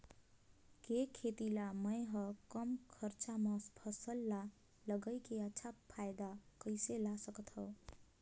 के खेती ला मै ह कम खरचा मा फसल ला लगई के अच्छा फायदा कइसे ला सकथव?